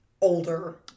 older